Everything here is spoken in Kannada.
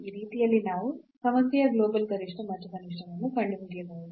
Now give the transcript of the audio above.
ಈ ರೀತಿಯಲ್ಲಿ ನಾವು ಸಮಸ್ಯೆಯ ಗ್ಲೋಬಲ್ ಗರಿಷ್ಠ ಮತ್ತು ಕನಿಷ್ಠವನ್ನು ಕಂಡುಹಿಡಿಯಬಹುದು